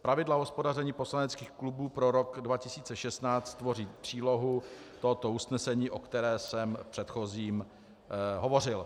Pravidla hospodaření poslaneckých klubů pro rok 2016 tvoří přílohu tohoto usnesení, o kterém jsem v předchozím hovořil.